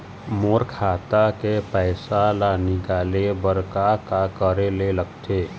मोर खाता के पैसा ला निकाले बर का का करे ले लगथे?